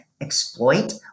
exploit